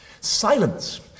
Silence